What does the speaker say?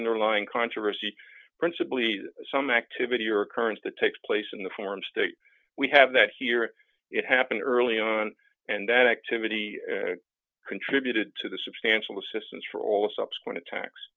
underlying controversy principly some activity or occurrence that takes place in the form state we have that here it happened early on and that activity contributed to the substantial assistance for all the subsequent